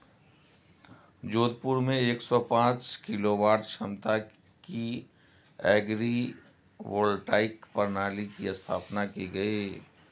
जोधपुर में एक सौ पांच किलोवाट क्षमता की एग्री वोल्टाइक प्रणाली की स्थापना की गयी